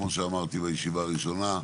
כמו שאמרתי בישיבה הראשונה,